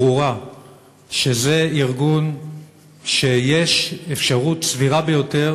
שזה ארגון שיש אפשרות סבירה ביותר